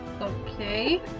Okay